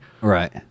right